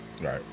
Right